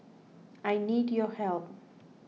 I need your help